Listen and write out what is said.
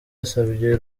yasabye